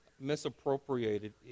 misappropriated